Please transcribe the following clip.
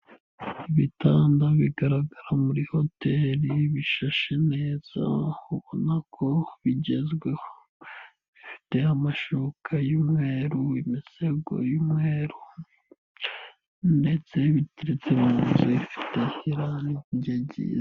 Ibitanda bigaragara muri hoteli, bishashe neza ubona ko bigezweho, bifite amashuka y'umweru, imisego y'umweru ndetse biteretse mu nzu ifite irangi ryiza.